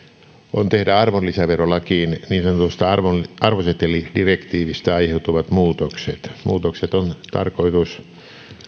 on tehdä arvonlisäverolakiin niin sanotusta arvosetelidirektiivistä aiheutuvat muutokset muutokset on tarkoitus